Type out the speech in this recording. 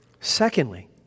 secondly